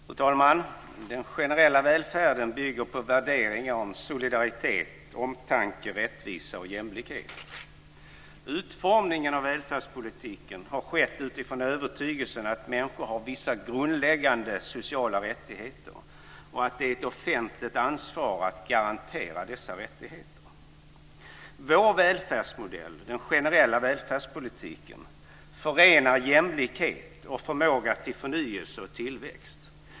Fru talman! Den generella välfärden bygger på värderingar om solidaritet, omtanke, rättvisa och jämlikhet. Utformningen av välfärdspolitiken har skett utifrån övertygelsen att människor har vissa grundläggande sociala rättigheter och att det är ett offentligt ansvar att garantera dessa rättigheter. Vår välfärdsmodell, den generella välfärdspolitiken, förenar jämlikhet och förmåga till förnyelse och tillväxt.